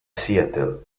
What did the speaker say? seattle